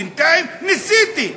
בינתיים, ניסיתי.